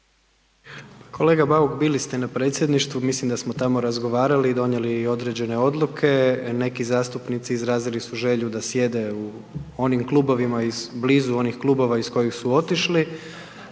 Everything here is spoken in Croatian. Kolega Bauk, bili ste na predsjedništvu, mislim da smo tamo razgovarali i donijeli određene odluke, neki zastupnici, izrazili su želju da sjede iz onim klubovima, blizu onim klubova iz kojih su otišli.